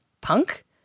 punk